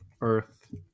Earth